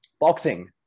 boxing